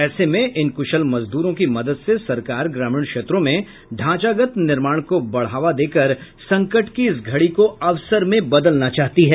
ऐसे में इन कुशल मजदूरों की मदद से सरकार ग्रामीण क्षेत्रों में ढांचागत निर्माण को बढ़ावा देकर संकट की इस घड़ी को अवसर में बदलना चाहती है